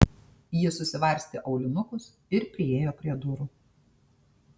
ji susivarstė aulinukus ir priėjo prie durų